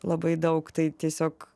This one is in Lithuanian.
labai daug tai tiesiog